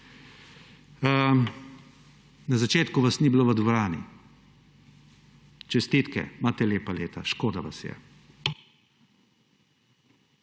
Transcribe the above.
Na začetku vas ni bilo v dvorani. Čestitke, imate lepa leta, škoda vas je.